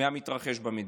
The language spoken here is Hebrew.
מהמתרחש במדינה.